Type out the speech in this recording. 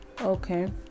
Okay